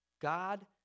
God